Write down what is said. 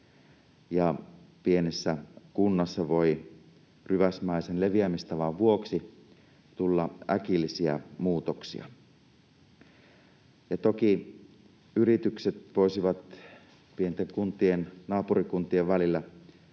pienessä kunnassa voi ryväsmäisen leviämistavan vuoksi tulla äkillisiä muutoksia. Ja toki yritykset voisivat pienten naapurikuntien välillä